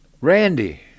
Randy